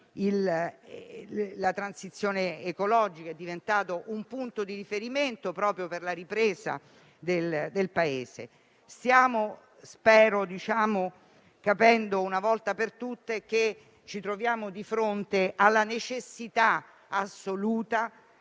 la transizione ecologica, che è diventata un punto di riferimento per la ripresa del Paese. Stiamo capendo una volta per tutte - lo spero - che ci troviamo di fronte alla necessità assoluta,